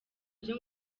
byo